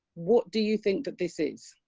what do you think that this is?